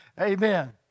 Amen